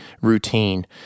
routine